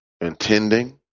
intending